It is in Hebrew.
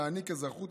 להעניק אזרחות,